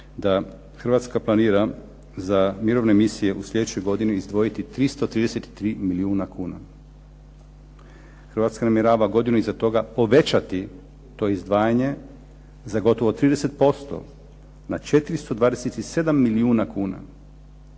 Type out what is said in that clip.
da Hrvatska planira za mirovne misije u sljedećoj godini izdvojiti 333 milijuna kuna. Hrvatska namjerava godinu iza toga povećati to izdvajanje za gotovo 30%, na 427 milijuna kuna.